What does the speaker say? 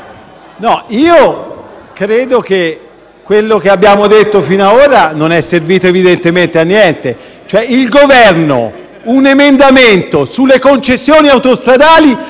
io credo che quello che abbiamo detto finora non sia servito evidentemente a niente. Il Governo presenta un emendamento sulle concessioni autostradali